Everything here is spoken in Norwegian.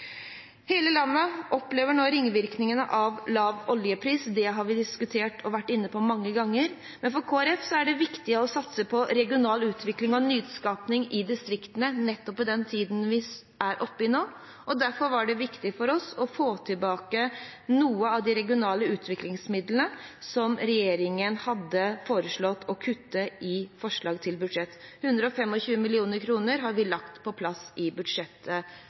Hele landet opplever nå ringvirkningene av lav oljepris. Det har vi diskutert og vært inne på mange ganger, men for Kristelig Folkeparti er det viktig å satse på regional utvikling og nyskaping i distriktene nettopp i den tiden vi er inne i nå. Derfor var det viktig for oss å få tilbake noen av de regionale utviklingsmidlene som regjeringen hadde foreslått å kutte i forslaget til budsjett. 125 mill. kr har vi lagt på plass i